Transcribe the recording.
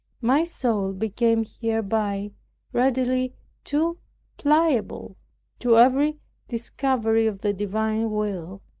my soul became hereby readily too pliable to every discovery of the divine will,